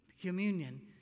communion